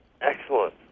Excellent